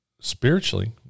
spiritually